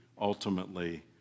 ultimately